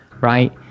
right